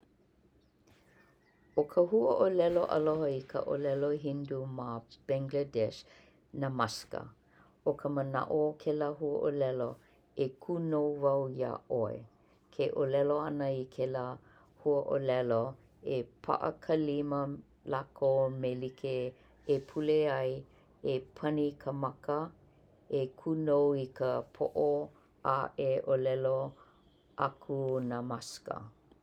ʻO ka huaʻolelo aloha i ka ʻōlelo Hindu ma Bengladesh, namashkar, o ka manaʻo o kēlā huaʻōlelo, "e kūnou wau iaʻoe" ke ʻōlelo ana i kēlā huaʻōlelo e paʻa ka lima lākou me like e pule ʻai, pani i ka maka, e kūnou i ka poʻo, a e ʻōlelo aku namashkar.